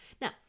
Now